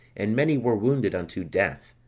and many were wounded unto death.